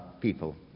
people